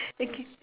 thank you